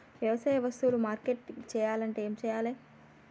వ్యవసాయ వస్తువులు మార్కెటింగ్ చెయ్యాలంటే ఏం చెయ్యాలే?